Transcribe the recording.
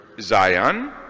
Zion